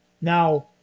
Now